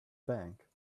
bank